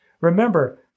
Remember